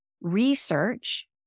research